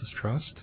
Trust